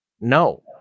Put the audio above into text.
no